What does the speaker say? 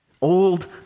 Old